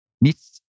meets